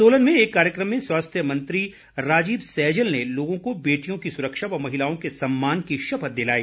सोलन में एक कार्यक्रम में स्वास्थ्य मंत्री राजीव सैजल ने लोगों को बेटियों की सुरक्षा व महिलाओं के सम्मान की शपथ दिलाई